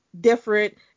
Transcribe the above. different